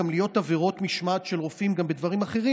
גם להיות עבירות משמעת של רופאים בדברים אחרים,